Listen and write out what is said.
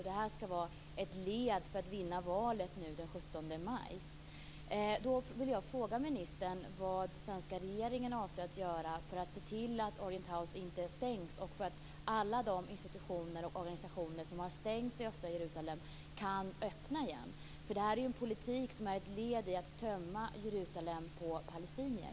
Detta är ett led för Netanyahu i att vinna valet den Då vill jag fråga ministern vad den svenska regeringen avser att göra för att se till att Orient House inte stängs och för att alla de institutioner och organisationer som har stängts i östra Jerusalem kan öppnas igen. Denna politik är ett led i att tömma Jerusalem på palestinier.